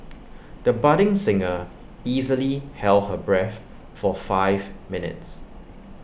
the budding singer easily held her breath for five minutes